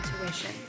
intuition